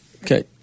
Okay